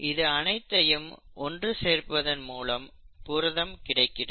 இது அனைத்தையும் ஒன்று சேர்ப்பதன் மூலம் புரதம் கிடைக்கிறது